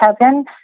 Kevin